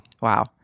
Wow